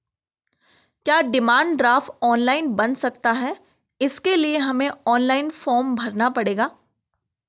क्या demand draft online बन सकता है इसके लिए हमें ऑनलाइन फॉर्म भरना पड़ेगा?